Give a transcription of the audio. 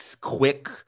quick